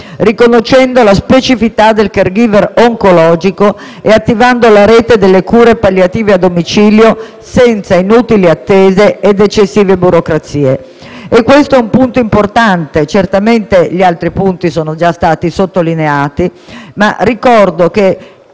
riconoscendo la specificità del *caregiver* oncologico e attivando la rete delle cure palliative a domicilio senza inutili attese ed eccessive burocrazie. Si tratta di un punto importante. Gli altri punti sono già stati sottolineati, ma ricordo che